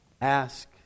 Ask